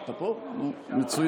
אמת,